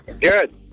Good